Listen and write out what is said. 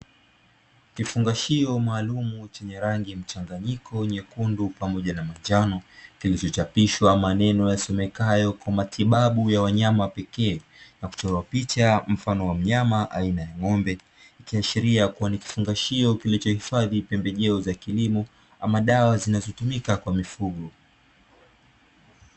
Kifungashio maalumu chenye rangi mchanganyiko nyekundu pamoja na manjano, kilichochapishwa maneno yasomekayo "kwa matibabu ya wanyama pekee" na kuchora picha mfano wa mnyama aina ya ng'ombe, kiashiria kuwa ni kifungashio kilichohifadhi pembejeo za kilimo ama dawa zinazotumika kwa mifugo.